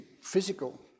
physical